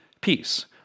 peace